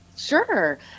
Sure